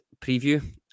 preview